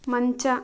ಮಂಚ